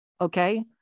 Okay